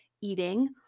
eating